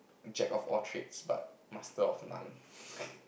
jack of all trades but master of none